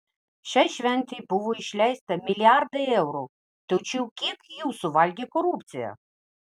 šiai šventei buvo išleista milijardai eurų tačiau kiek jų suvalgė korupcija